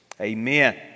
amen